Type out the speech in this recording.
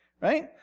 right